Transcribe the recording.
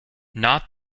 not